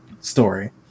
story